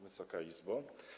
Wysoka Izbo!